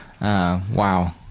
Wow